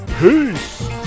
peace